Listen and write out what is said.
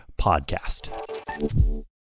podcast